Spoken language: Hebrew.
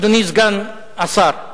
אדוני סגן השר,